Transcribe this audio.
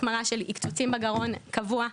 החמרה של עקצוצים בגרון קבוע.